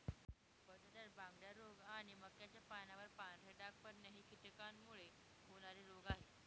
बटाट्यात बांगड्या रोग आणि मक्याच्या पानावर पांढरे डाग पडणे हे कीटकांमुळे होणारे रोग आहे